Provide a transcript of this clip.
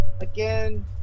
again